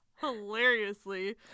Hilariously